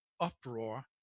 uproar